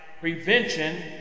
prevention